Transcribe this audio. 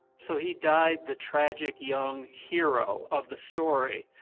so he died the tragic young hero of the story,